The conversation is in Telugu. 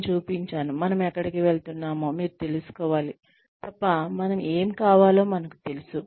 నేను చూపించాను మనము ఎక్కడికి వెళ్తున్నామో మీరు తెలుసుకోవాలి తప్ప మనకు ఏమి కావాలో మనకు తెలుసు